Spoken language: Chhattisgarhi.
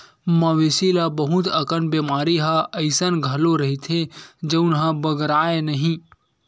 मवेशी ल बहुत अकन बेमारी ह अइसन घलो रहिथे जउन ह बगरय नहिं